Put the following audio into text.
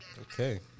Okay